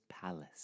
Palace